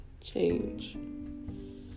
change